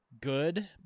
good